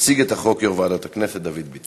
יציג את החוק יושב-ראש ועדת הכנסת דוד ביטן.